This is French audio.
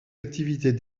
activités